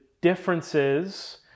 differences